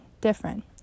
different